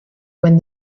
when